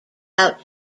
out